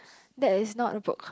that is not a book